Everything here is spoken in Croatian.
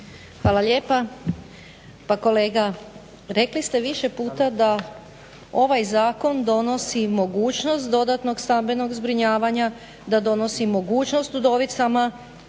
Hvala lijepa. Pa kolega rekli ste više puta da ovaj zakon donosi mogućnost dodatnog stambenog zbrinjavanja, da donosi mogućnost udovicama